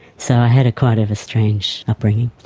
so i had a kind of a strange upbringing.